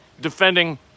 defending